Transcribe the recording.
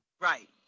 Right